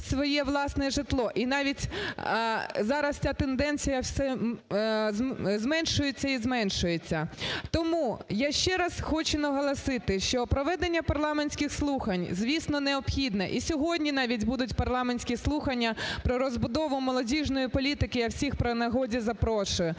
своє власне житло. І навіть зараз ця тенденція все зменшується і зменшується. Тому я ще раз хочу наголосити, що проведення парламентських слухань, звісно, необхідне. І сьогодні навіть будуть парламентські слухання про розбудову молодіжної політики, я всіх при нагоді запрошую.